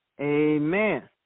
amen